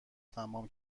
تمام